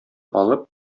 алып